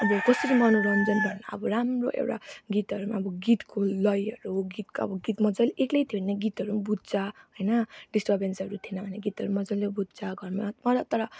कसरी मनोरञ्जन अब राम्रो एउटा गीतहरू अब गीतको लयहरू गीतको अब गीत म चाहिँ एक्लै थियो भने गीतहरू बुज्छ होइन डिस्टर्बेन्सहरू थिएन भने गीतहरू मजाले बुज्छ घरमा मलाई तर